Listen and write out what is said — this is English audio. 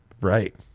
Right